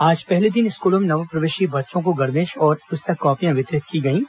आज पहले दिन स्कूलों में नवप्रवेशी बच्चों को गणवेश और पुस्तक कॉपियां वितरित की गईं